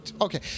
Okay